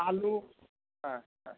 আলু হ্যাঁ হ্যাঁ